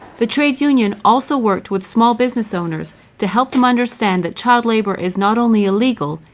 the trade union also worked with small business owners to help them understand that child labour is not only illegal,